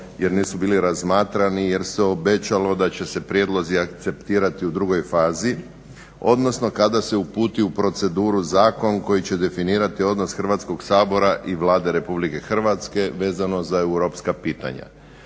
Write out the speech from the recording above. jer nisu bili razmatrani jer se obećalo da će se prijedlozi akceptirati u drugoj fazi odnosno kada se uputi u proceduru zakon koji će definirati odnosa Hrvatskog sabora i Vlade RH vezano za europska pitanja.